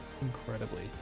incredibly